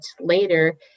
later